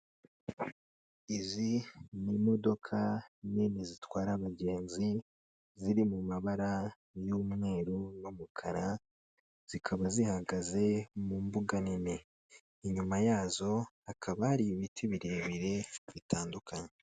Izi ni imodoka nini zitwara abagenzi ziri mu mabara y'umweru n'umukara, zikaba zihagaze mu mbuga nini, inyuma yazo hakaba hari ibiti birebire bitandukanye.